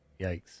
Yikes